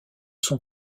son